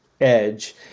edge